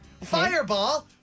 Fireball